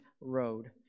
road